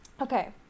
Okay